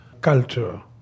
culture